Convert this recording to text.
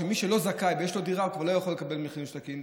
למי שלא זכאי ויש לו דירה וכבר לא יכול לקבל מחיר למשתכן.